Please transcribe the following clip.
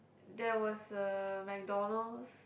there was a MacDonald's